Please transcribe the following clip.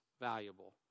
valuable